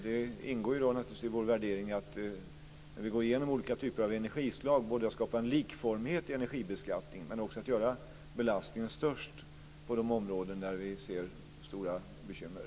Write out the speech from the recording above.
Det ingår naturligtvis i vår värdering när vi går igenom olika typer av energislag att både skapa en likformighet i energibeskattningen och också göra belastningen störst på de områden där vi ser stora bekymmer.